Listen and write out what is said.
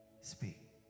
Speak